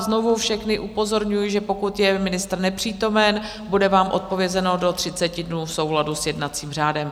Znovu všechny upozorňuji, že pokud je ministr nepřítomen, bude vám odpovězeno do 30 dnů v souladu s jednacím řádem.